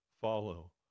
follow